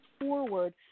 forward